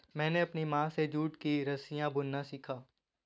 मैंने अपनी माँ से जूट की रस्सियाँ बुनना सीखा